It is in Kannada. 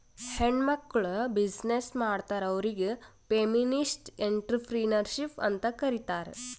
ಹೆಣ್ಮಕ್ಕುಳ್ ಬಿಸಿನ್ನೆಸ್ ಮಾಡುರ್ ಅವ್ರಿಗ ಫೆಮಿನಿಸ್ಟ್ ಎಂಟ್ರರ್ಪ್ರಿನರ್ಶಿಪ್ ಅಂತ್ ಕರೀತಾರ್